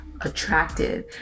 attractive